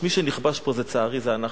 מי שנכבש פה, לצערי, זה אנחנו.